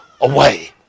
away